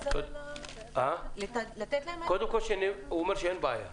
הוא אומר שאין בעיה.